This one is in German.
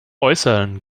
äußerln